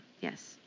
Yes